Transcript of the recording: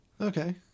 Okay